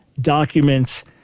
documents